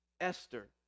Esther